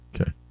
okay